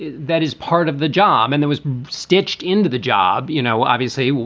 that is part of the job and that was stitched into the job. you know, obviously,